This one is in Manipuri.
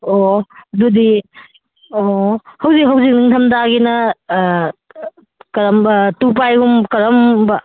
ꯑꯣ ꯑꯗꯨꯗꯤ ꯑꯣ ꯍꯧꯖꯤꯛ ꯍꯧꯖꯤꯛ ꯅꯤꯡꯊꯝꯊꯥꯒꯤꯅ ꯀꯔꯝꯕ ꯇꯨ ꯄ꯭ꯂꯥꯏꯒꯨꯝ ꯀꯔꯝꯕ